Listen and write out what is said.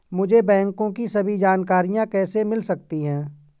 मुझे बैंकों की सभी जानकारियाँ कैसे मिल सकती हैं?